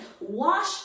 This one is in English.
wash